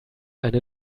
eine